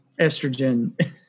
estrogen